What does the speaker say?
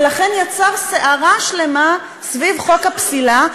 ולכן יצר סערה שלמה סביב חוק הפסילה,